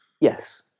Yes